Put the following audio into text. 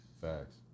Facts